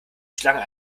schlange